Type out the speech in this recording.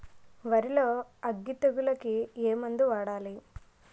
వరిలో అగ్గి తెగులకి ఏ మందు వాడాలి?